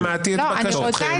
שמעתי את בקשתכם.